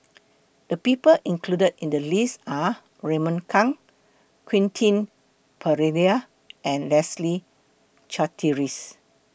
The People included in The list Are Raymond Kang Quentin Pereira and Leslie Charteris